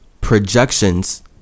projections